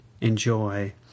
enjoy